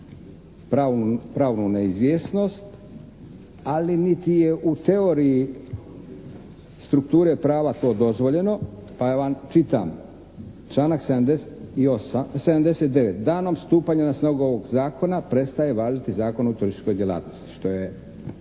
pravnu neizvjesnost, ali niti je u teoriji strukture prava to dozvoljeno, pa vam čitam. Članak 79.: "Danom stupanja na snagu ovog zakona prestaje važiti Zakon o turističkoj djelatnosti", što je